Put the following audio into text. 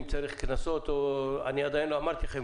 אם צריך קנסות אמרתי לכם,